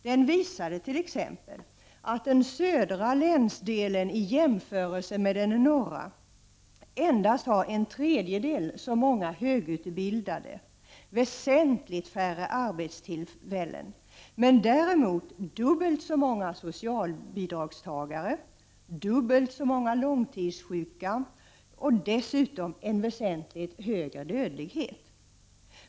Den visade t.ex. att den södra länsdelen i jämförelse med den norra endast har en tredjedel så många högutbildade, väsentligt färre arbetstillfällen, men däremot dubbelt så många socialbidragstagare, dubbelt så många långtidssjuka och dessutom en väsentligt högre dödlighet.